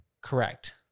correct